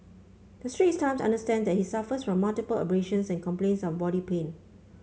the Straits Times understands that he suffers from multiple abrasions and complains of body pain